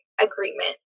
agreement